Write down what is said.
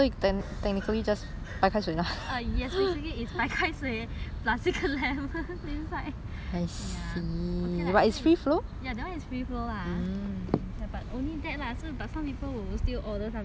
err yes basically it's 白开水 plus 一个 lemon inside ya that one is free flow but only that lah but some people will still order some drink I see that time I go there 那个